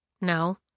No